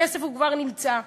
הכסף כבר נמצא,